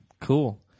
Cool